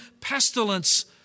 pestilence